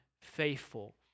faithful